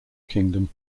kingdom